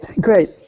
great